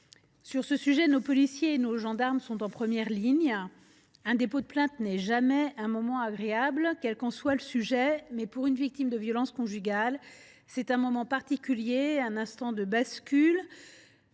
l’occurrence, nos policiers et nos gendarmes sont en première ligne. Un dépôt de plainte n’est jamais un moment agréable, quel qu’en soit le motif, mais pour une victime de violences conjugales, c’est un moment particulier, un instant de bascule,